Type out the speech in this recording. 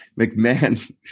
McMahon